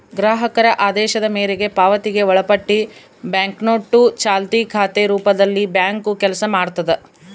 ಗ್ರಾಹಕರ ಆದೇಶದ ಮೇರೆಗೆ ಪಾವತಿಗೆ ಒಳಪಟ್ಟಿ ಬ್ಯಾಂಕ್ನೋಟು ಚಾಲ್ತಿ ಖಾತೆ ರೂಪದಲ್ಲಿಬ್ಯಾಂಕು ಕೆಲಸ ಮಾಡ್ತದ